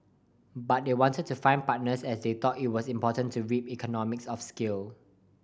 but they wanted to find partners as they thought it was important to reap economies of scale